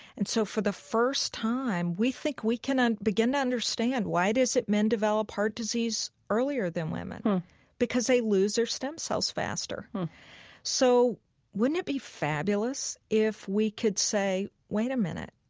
and so for the first time, we think we can begin to understand why it is that men develop heart disease earlier than women because they lose their stem cells faster so wouldn't it be fabulous if we could say, wait a minute.